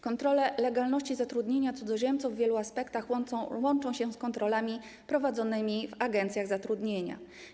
Kontrole legalności zatrudnienia cudzoziemców w wielu aspektach łączą się z kontrolami prowadzonymi w agencjach zatrudnienia.